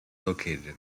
located